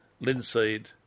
linseed